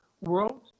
world